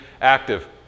active